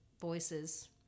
voices